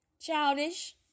Childish